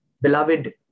Beloved